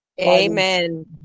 Amen